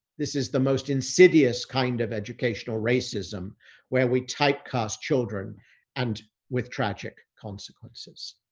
this is the most insidious kind of educational racism where we take cost children and with tragic consequences.